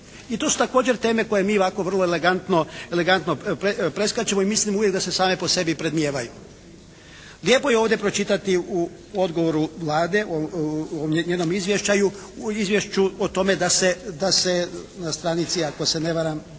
i to su također teme koje mi ovako vrlo elegantno preskačemo i mislimo uvijek da se same po sebi predmnijevaju. Lijepo je ovdje pročitati u odgovoru Vlade, u njenom izvješću o tome da se na stranici ako se ne varam